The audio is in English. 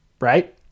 right